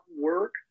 work